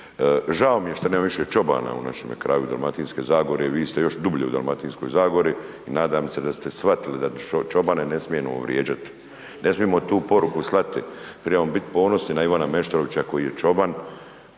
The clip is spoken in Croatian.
Žao mi je što nema više čobana u našemu kraju Dalmatinske zagore vi ste još dublje u Dalmatinskoj zagori i nadam ste da ste shvatili da čobane ne smijemo vrijeđat. Ne smijemo tu poruku slati, trebamo biti ponosni na Ivana Meštrovića koji je čoban,